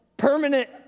Permanent